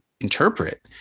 interpret